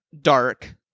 dark